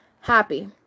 Happy